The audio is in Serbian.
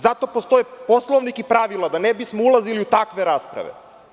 Zato postoje Poslovnik i pravila da ne bismo ulazili u takve rasprave.